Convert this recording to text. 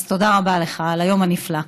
אז תודה רבה לך על היום הנפלא.